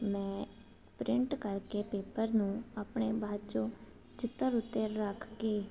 ਮੈਂ ਪ੍ਰਿੰਟ ਕਰਕੇ ਪੇਪਰ ਨੂੰ ਆਪਣੇ ਬਾਜੋਂ ਚਿੱਤਰ ਉੱਤੇ ਰੱਖ ਕੇ